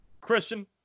Christian